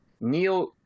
Neil